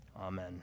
Amen